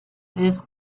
this